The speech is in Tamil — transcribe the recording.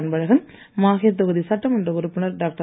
அன்பழகன் மாஹே தொகுதி சட்டமன்ற உறுப்பினர் டாக்டர்